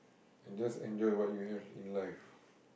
and just enjoy what you have in life